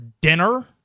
dinner